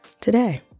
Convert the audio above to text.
Today